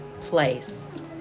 place